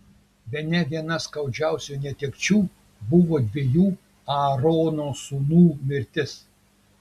bene viena skaudžiausių netekčių buvo dviejų aarono sūnų mirtis